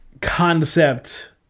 concept